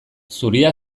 zuria